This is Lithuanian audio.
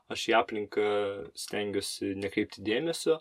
aš į aplinką stengiuosi nekreipti dėmesio